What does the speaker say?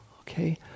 okay